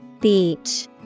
Beach